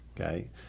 okay